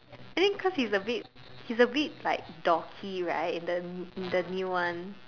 I think cause he's a bit he's a bit like dorky right in the in the new one